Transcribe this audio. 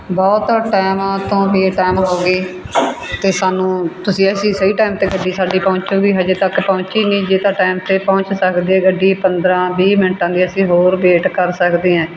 ਬਹੁਤ ਟੈਮ ਤੋਂ ਬੇਟੈਮ ਹੋ ਗਏ ਤੇ ਸਾਨੂੰ ਤੁਸੀਂ ਅਸੀਂ ਸਹੀ ਟੈਮ 'ਤੇ ਗੱਡੀ ਸਾਡੀ ਪਹੁੰਚੂਗੀ ਹਜੇ ਤੱਕ ਪਹੁੰਚੀ ਨਹੀਂ ਜੇ ਤਾਂ ਟੈਮ 'ਤੇ ਪਹੁੰਚ ਸਕਦੀ ਆ ਗੱਡੀ ਪੰਦਰਾਂ ਵੀਹ ਮਿੰਟਾਂ ਦੀ ਅਸੀਂ ਹੋਰ ਵੇਟ ਕਰ ਸਕਦੇ ਹਾਂ